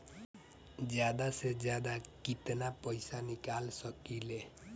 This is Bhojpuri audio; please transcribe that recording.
जादा से जादा कितना पैसा निकाल सकईले?